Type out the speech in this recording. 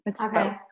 Okay